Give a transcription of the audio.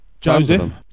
Joseph